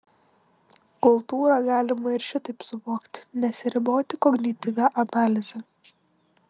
kultūrą galima ir šitaip suvokti nesiriboti kognityvia analize